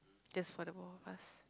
just for the both of us